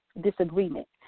disagreement